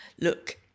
look